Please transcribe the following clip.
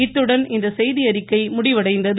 இத்துடன் இந்த செய்தியறிக்கை முடிவடைந்தது